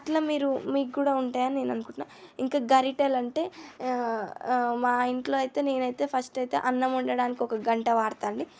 అట్లా మీరు మీకు కూడా ఉంటాయని నేను అనుకుంటున్నాను ఇంకా గరిటలంటే మా ఇంట్లో అయితే నేనైతే ఫస్ట్ అయితే అన్నం వండడానికి ఒక గంట వాడుతా అండి